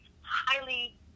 highly